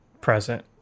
present